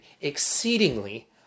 exceedingly